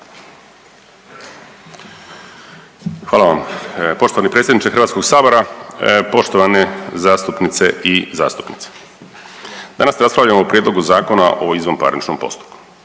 Hvala vam poštovani predsjedniče HS-a, poštovane zastupnice i zastupnici. Danas raspravljamo o Prijedlogu Zakona o izvanparničnom postupku.